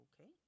okay